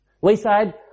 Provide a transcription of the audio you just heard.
Wayside